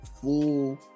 full